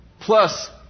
plus